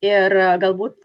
ir galbūt